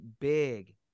big